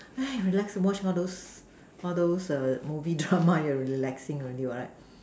sigh relax watch all those all those movie drama you're relaxing already what